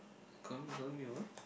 call me calling me a what